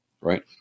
right